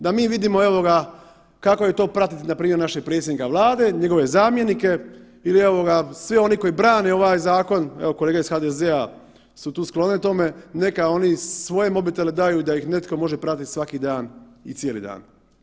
Da mi vidimo, evo ga, kako je to pratiti npr. našeg predsjednika Vlade, njegove zamjenike, ili evo ga, svi oni koji brane ovaj zakon, evo kolege iz HDZ-a su tu sklone tome, neka oni svoje mobitele daju da ih netko može pratiti svaki dan i cijeli dan.